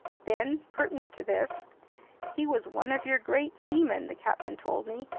then, pertinent to this he was one of your great seamen, the captain told me,